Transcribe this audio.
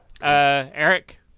Eric